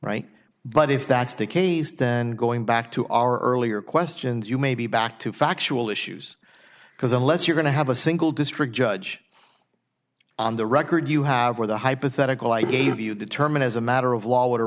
right but if that's the case then going back to our earlier questions you may be back to factual issues because unless you're going to have a single district judge on the record you have for the hypothetical i gave you determine as a matter of law what a